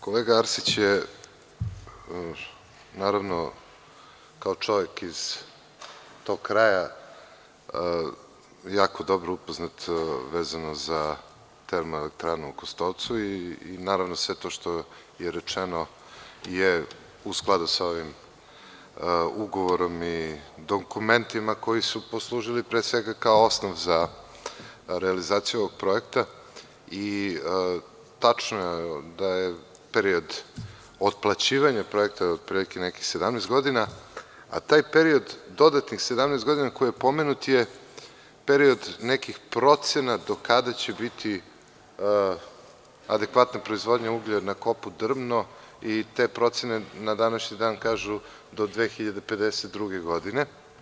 Kolega Arsić je naravno kao čovek iz tog kraja jako dobro upoznat vezano za Termoelektranu u Kostolcu i naravno sve to što je rečeno je u skladu sa ovim ugovorom i dokumentima koji su poslužili pre svega, kao osnov za realizaciju ovog projekta i tačno je da je period otplaćivanja projekta otprilike nekih 17 godina, a taj period dodatih 17 godina koji je pomenut je period nekih procena do kada će biti adekvatna proizvodnja uglja na kopu „Drvno“ i te procene na današnji dan kažu do 2052. godine.